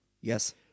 yes